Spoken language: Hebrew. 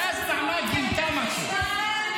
ואז נעמה גילתה משהו,